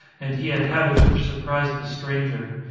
and he had habits which surprised the stranger.